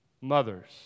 mothers